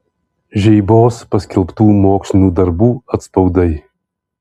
žeibos paskelbtų mokslinių darbų atspaudai